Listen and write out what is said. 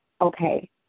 okay